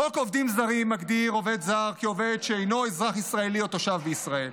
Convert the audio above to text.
חוק עובדים זרים מגדיר עובד זר כעובד שאינו אזרח ישראלי או תושב בישראל.